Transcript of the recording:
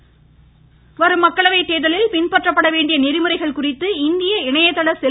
சமூக ஊடகங்கள் வரும் மக்களவை தேர்தலில் பின்பற்றப்பட வேண்டிய நெறிமுறைகள் குறித்து இந்திய இணையதள செல்